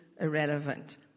irrelevant